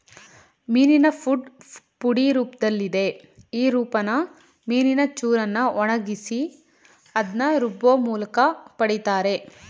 ಮೀನಿನ ಫುಡ್ ಪುಡಿ ರೂಪ್ದಲ್ಲಿದೆ ಈ ರೂಪನ ಮೀನಿನ ಚೂರನ್ನ ಒಣಗ್ಸಿ ಅದ್ನ ರುಬ್ಬೋಮೂಲ್ಕ ಪಡಿತಾರೆ